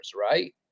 right